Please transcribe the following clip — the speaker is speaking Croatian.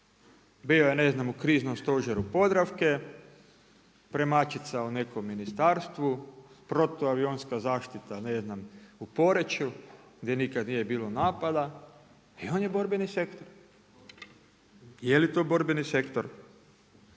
znam u kriznom stožeru Podravke, …/Govornik se ne razumije./… u nekom ministarstvu, protuavionska zaštita ne znam u Poreču, gdje nikada nije bilo napada i on je borbeni sektor. Je li to borbeni sektor,